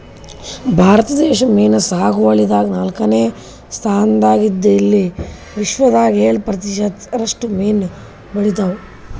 ಭಾರತ ದೇಶ್ ಮೀನ್ ಸಾಗುವಳಿದಾಗ್ ನಾಲ್ಕನೇ ಸ್ತಾನ್ದಾಗ್ ಇದ್ದ್ ಇಲ್ಲಿ ವಿಶ್ವದಾಗ್ ಏಳ್ ಪ್ರತಿಷತ್ ರಷ್ಟು ಮೀನ್ ಬೆಳಿತಾವ್